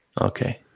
Okay